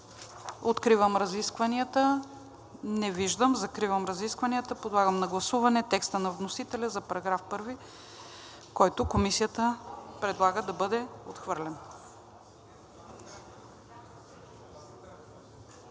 Откривам разискванията. Не виждам. Закривам разискванията. Подлагам на гласуване текста на вносителя за § 1, който Комисията предлага да бъде отхвърлен.